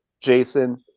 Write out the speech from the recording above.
Jason